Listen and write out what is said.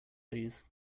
please